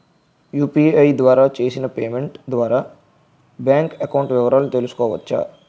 UPI ద్వారా చేసిన payment ద్వారా బ్యాంక్ అకౌంట్ వివరాలు తెలుసుకోవచ్చ?